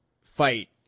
fight